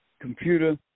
computer